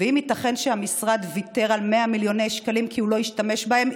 ואם ייתכן שהמשרד ויתר על 100 מיליוני שקלים כי הוא לא השתמש בהם.